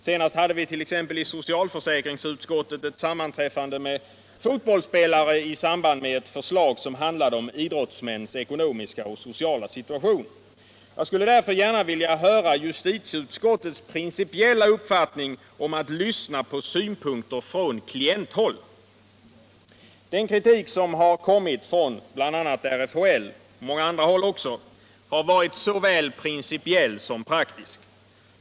Senast hade vi t.ex. i socialförsäkringsutskottet ett sammanträf Jag skulle därför gärna vilja höra justitieutskottets principiella uppfattning om att lyssna på synpunkter från klienthåll. Den kritik som kommit från RFHE och många andra håll har varit såväl principiell som praktisk.